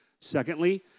Secondly